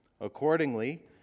Accordingly